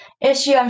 issue